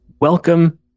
welcome